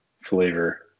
flavor